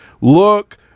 Look